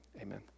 amen